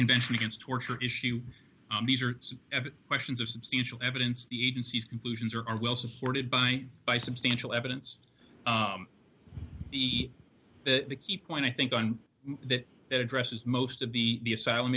convention against torture issue these are questions of substantial evidence the agency's conclusions are are well supported by by substantial evidence that the key point i think on that it addresses most of the asylum